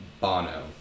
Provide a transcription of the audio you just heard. Bono